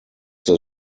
this